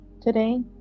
today